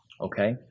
Okay